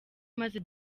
maze